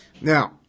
Now